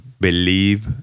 believe